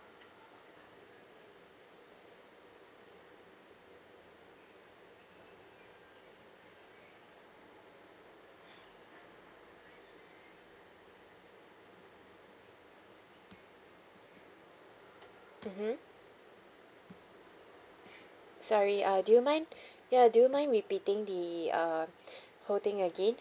mmhmm sorry uh do you mind ya do you mind repeating the uh whole thing again